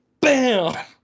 bam